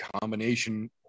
combination